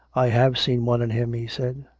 i have seen one in him, he said.